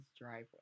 driveway